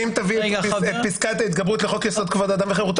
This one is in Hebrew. אני רק אגיד שאם תביא את פסקת ההתגברות לחוק יסוד: כבוד האדם וחירותו,